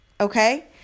Okay